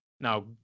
Now